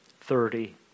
thirty